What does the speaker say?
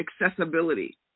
accessibility